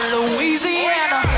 Louisiana